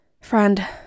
friend